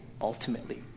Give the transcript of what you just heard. ultimately